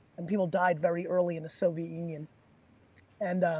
and people died very early in the soviet union and